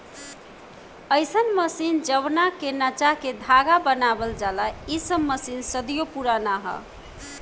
अईसन मशीन जवना के नचा के धागा बनावल जाला इ सब मशीन सदियों पुराना ह